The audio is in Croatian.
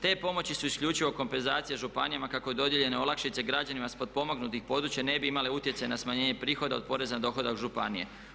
Te pomoći su isključivo kompenzacija županijama kako dodijeljene olakšice građanima s potpomognutih područja ne bi imale utjecaj na smanjenje prihoda od poreza na dohodak županije.